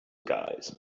guys